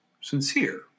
sincere